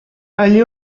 allí